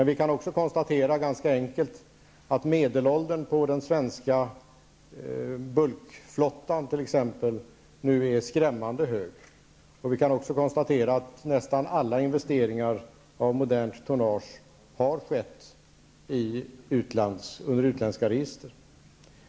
Vi kan också ganska enkelt konstatera att medelåldern på t.ex. den svenska bulkflottan nu är skrämmande hög. Vi kan vidare konstatera att nästan alla investeringar i modernt tonnage har skett under utländska register.